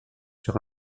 sur